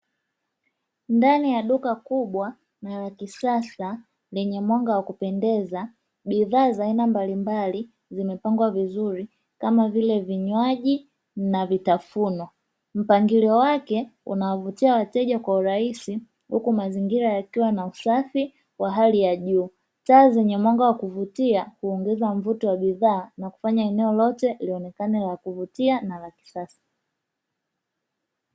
Ndani ya duka kubwa na la kisasa lenye mwanga wa kupendeza, bidhaa za aina mbalimbali zimepangwa vizuri kama vile vinywaji na vitafunwa. Mpangilio wake unawavutia wateja kwa urahisi huku mazingira yakiwa na usafi wa hali ya juu. Taa zenye mwanga wa kuvutia huongeza mvuto wa bidhaa na kufanya eneo lote lionekane la kuvutia na la kisasa.